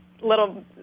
little